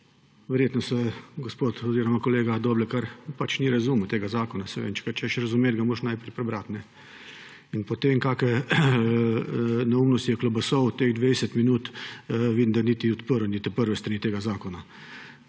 Verjetno gospod oziroma kolega Doblekar pač ni razumel tega zakona. Seveda, če ga hočeš razumeti, ga moraš najprej prebrati. In po tem, kakšne neumnosti je klobasal teh 20 minut, vidim, da niti odprl ni prve strani tega zakona.